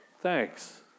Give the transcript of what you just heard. thanks